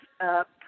up